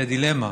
לדילמה: